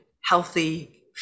healthy